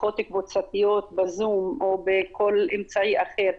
שיחות קבוצתיות בזום או בכל אמצעי אחר,